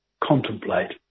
contemplate